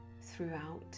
throughout